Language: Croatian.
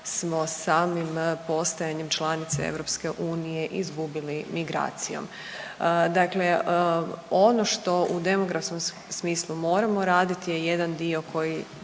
smo samim postajanjem članice EU izgubili migracijom. Dakle ono što u demografskom smislu moramo raditi je jedan dio koji